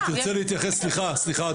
סליחה,